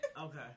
Okay